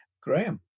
Graham